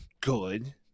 good